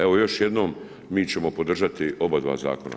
Evo još jednom, mi ćemo podržati oba dva zakona.